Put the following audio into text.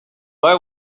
boy